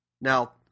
Now